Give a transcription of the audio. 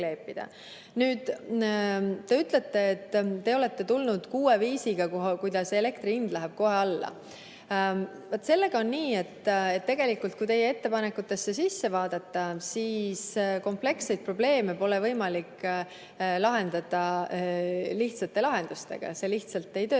Nüüd, te ütlete, et olete tulnud välja kuue viisiga, kuidas elektri hind läheks kohe alla. Sellega on nii, et kui teie ettepanekutesse sisse vaadata, siis [on selge], et kompleksseid probleeme pole võimalik lahendada lihtsate lahendustega. Need lihtsalt ei tööta.